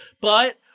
but-